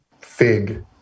fig